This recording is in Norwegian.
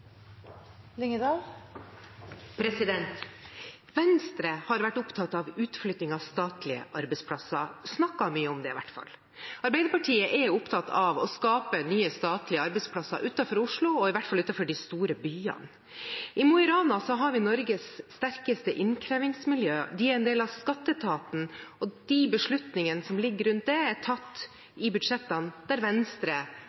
opptatt av å skape nye statlige arbeidsplasser utenfor Oslo, og i hvert fall utenfor de store byene. I Mo i Rana har vi Norges sterkeste innkrevingsmiljø. De er en del av skatteetaten, og de beslutningene som ligger rundt det, er